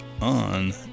on